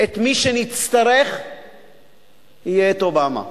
מי שנצטרך יהיה אובמה.